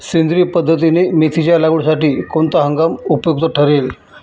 सेंद्रिय पद्धतीने मेथीच्या लागवडीसाठी कोणता हंगाम उपयुक्त ठरेल?